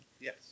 Yes